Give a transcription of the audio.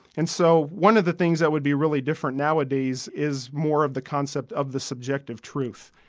and so one of the things that would be really different nowadays is more of the concept of the subjective truth,